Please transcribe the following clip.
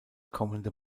kommende